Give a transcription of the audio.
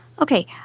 Okay